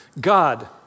God